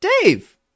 Dave